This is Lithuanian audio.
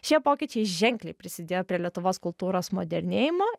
šie pokyčiai ženkliai prisidėjo prie lietuvos kultūros modernėjimo